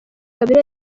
kabila